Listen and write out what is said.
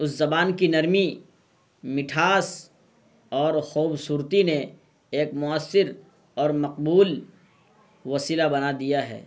اس زبان کی نرمی مٹھاس اور خوبصورتی نے ایک مؤثر اور مقبول وسیلہ بنا دیا ہے